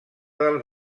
dels